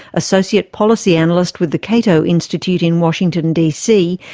associate policy analyst with the cato institute in washington dc,